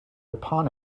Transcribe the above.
upon